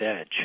edge